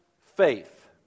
faith